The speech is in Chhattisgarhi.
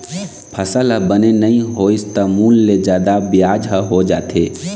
फसल ह बने नइ होइस त मूल ले जादा बियाज ह हो जाथे